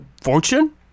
fortune